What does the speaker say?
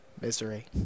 Misery